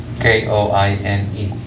K-O-I-N-E